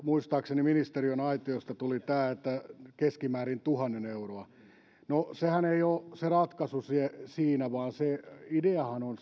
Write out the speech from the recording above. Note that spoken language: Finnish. muistaakseni ministeriaitiosta tuli se että keskimäärin tuhannen euroa no sehän ei ole se ratkaisu siinä vaan ideahan on